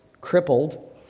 crippled